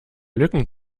lücken